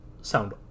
sound